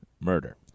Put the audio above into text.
murder